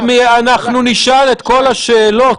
אנחנו נשאל את כל השאלות.